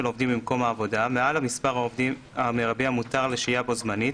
עובדים במקום העבודה מעל למספר העובדים המרבי המותר לשהייה בו־זמנית,